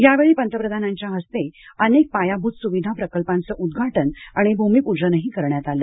यावेळी पंतप्रधानांच्या हस्ते अनेक पायाभूत सुविधा प्रकल्पांचं उद्वाटन आणि भूमिप्जनही करण्यात आलं